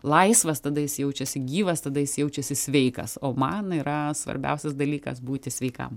laisvas tada jis jaučiasi gyvas tada jis jaučiasi sveikas o man yra svarbiausias dalykas būti sveikam